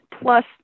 plus